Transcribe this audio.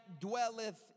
dwelleth